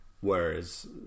Whereas